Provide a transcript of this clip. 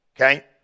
Okay